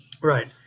Right